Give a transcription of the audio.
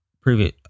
previous